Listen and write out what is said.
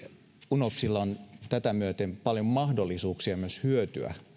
unopsilla on tätä myöten paljon mahdollisuuksia myös hyötyä